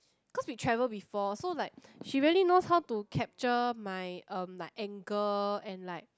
because we travel before so like she really knows how to capture my um my like angle and like